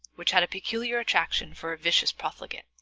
which had a peculiar attraction for a vicious profligate,